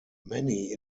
many